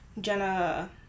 Jenna